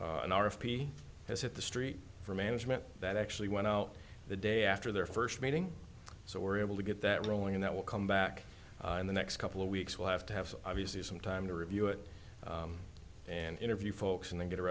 has hit the street for management that actually went out the day after their first meeting so we're able to get that rowing that will come back in the next couple of weeks we'll have to have obviously some time to review it and interview folks and then get a